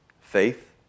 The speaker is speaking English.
faith